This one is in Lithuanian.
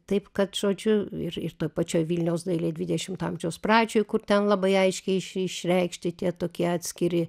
taip kad žodžiu ir ir toj pačioj vilniaus dailėj dvidešimto amžiaus pradžioj kur ten labai aiškiai iš išreikšti tie tokie atskiri